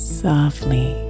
softly